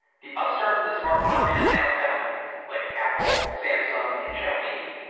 the upstarts in the smart phone arena now dominate, like apple, samsung, and xiaomi.